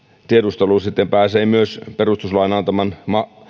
tiedustelu pääsee perustuslain antaman